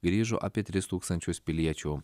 grįžo apie tris tūkstančius piliečių